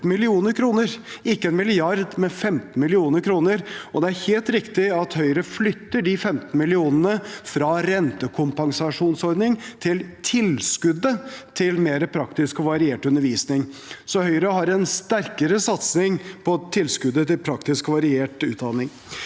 ikke 1 mrd. kr, men 15 mill. kr. Det er helt riktig at Høyre flytter de 15 mill. kr fra rentekompensasjonsordningen til tilskuddet til mer praktisk og variert undervisning, så Høyre har en sterkere satsing på tilskuddet til praktisk og variert utdanning.